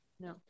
No